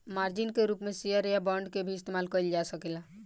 margin के रूप में शेयर या बांड के भी इस्तमाल कईल जा सकेला